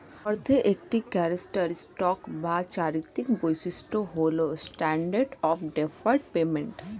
অর্থের একটি ক্যারেক্টারিস্টিক বা চারিত্রিক বৈশিষ্ট্য হল স্ট্যান্ডার্ড অফ ডেফার্ড পেমেন্ট